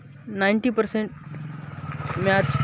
ninety percent match